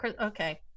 Okay